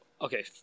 okay